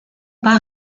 par